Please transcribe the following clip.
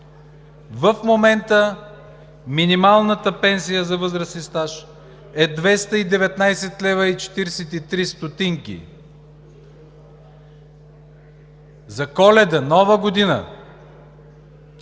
В момента минималната пенсия за възраст и стаж е 219,43 лв. За Коледа и Нова година